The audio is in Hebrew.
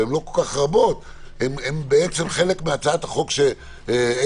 והן לא כל כך רבות - הן חלק מהצעת החוק שאיתן